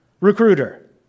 recruiter